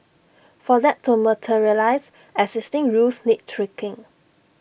for that to materialise existing rules need tweaking